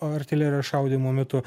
artilerijos šaudymo metu